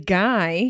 guy